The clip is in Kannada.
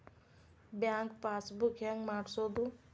ಬ್ಯಾಂಕ್ ಪಾಸ್ ಬುಕ್ ಹೆಂಗ್ ಮಾಡ್ಸೋದು?